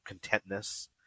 contentness